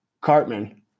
Cartman